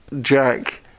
Jack